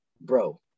bro